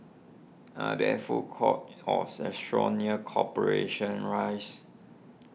are there food courts or restaurants near Corporation Rise